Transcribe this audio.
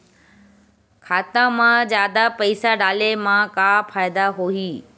खाता मा जादा पईसा डाले मा का फ़ायदा होही?